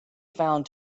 found